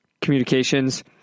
communications